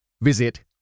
visit